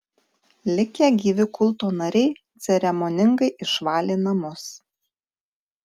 likę gyvi kulto nariai ceremoningai išvalė namus